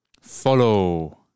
Follow